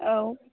औ